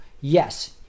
yes